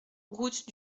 route